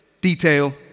detail